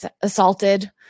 assaulted